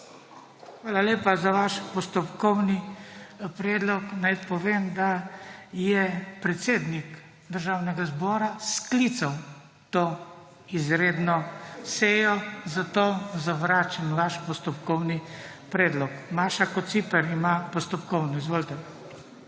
Hvala lepa za vaš postopkovni predlog. Naj povem, da je predsednik Državnega zbora sklical to izredno sejo, zato zavračam vaš postopkovni predlog. Maša Kociper ima postopkovno. Izvolite.